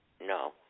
No